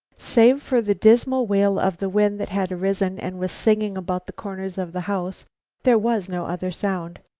save for the dismal wail of the wind that had arisen and was singing about the corners of the house there was no other sound.